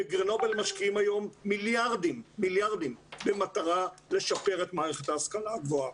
בגרנובל משקיעים היום מיליארדים במטרה לשפר את מערכת ההשכלה הגבוהה.